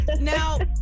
Now